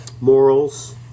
morals